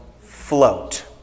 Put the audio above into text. float